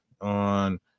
on